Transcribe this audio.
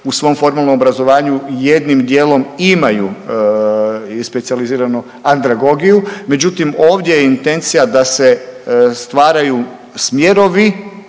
u svom formalnom obrazovanju jednim dijelom imaju i specijaliziranu andragogiju. Međutim, ovdje je intencija da se stvaraju smjerovi,